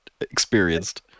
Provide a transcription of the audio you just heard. experienced